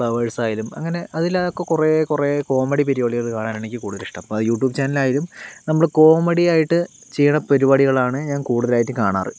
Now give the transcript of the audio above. flowers ആയാലും അങ്ങനെ അതിലൊക്കെ കുറേ കുറേ കോമഡി പരിപാടികൾ കാണാൻ ആണ് എനിക്ക് കൂടുതലിഷ്ടം ഇപ്പോൾ യൂട്യൂബ് ചാനലായാലും നമ്മൾ കോമഡിയായിട്ട് ചെയ്യണ പരിപാടികളാണ് ഞാൻ കൂടുതലായിട്ടും കാണാറ്